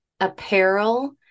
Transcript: apparel